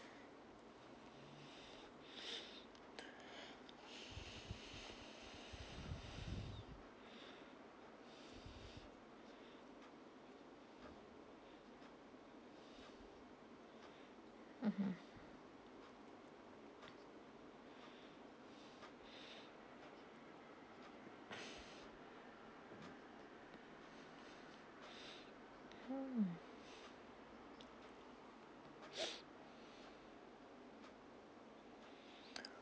mmhmm